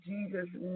Jesus